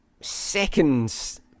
Seconds